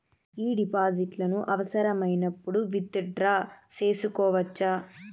ఈ డిపాజిట్లను అవసరమైనప్పుడు విత్ డ్రా సేసుకోవచ్చా?